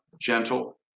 gentle